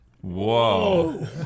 Whoa